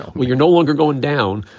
um well, you're no longer going down,